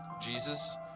Jesus